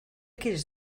quieres